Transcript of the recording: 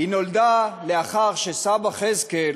היא נולדה לאחר שסבא חזקאל,